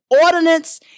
ordinance